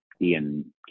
Ian